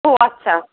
ও আচ্ছা